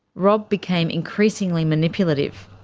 rob became increasingly manipulative.